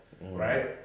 right